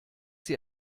sie